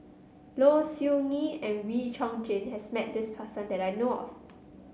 Low Siew Nghee and Wee Chong Jin has met this person that I know of